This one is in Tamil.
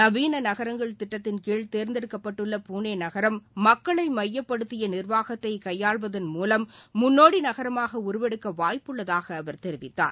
நவீன நகரங்கள் திட்டத்தின்கீழ் தேர்ந்தெடுக்கப்பட்டுள்ள புனே நகரம் மக்களை மையப்படுத்திய நிர்வாகத்தை கையாள்வதன் மூவம் முன்னோடி நகரமாக உருவெடுக்க வாய்ப்புள்ளதாக அவர் தெரிவித்தார்